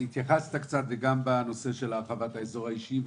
התייחסת גם לנושא הרחבת האזור האישי.